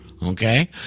Okay